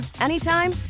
anytime